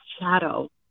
shadow